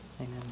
Amen